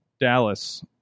Dallas